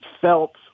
felt